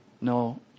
no